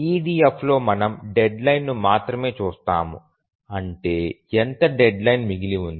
EDF లో మనము deadline ను మాత్రమే చూస్తాము అంటే ఎంత డెడ్లైన్ మిగిలి ఉంది